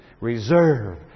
Reserve